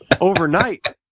overnight